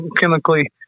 chemically